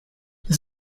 this